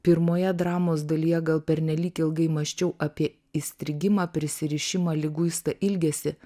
pirmoje dramos dalyje gal pernelyg ilgai mąsčiau apie įstrigimą prisirišimą liguistą ilgesį